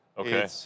Okay